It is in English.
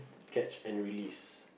catch and release